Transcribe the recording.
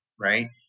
right